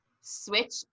switch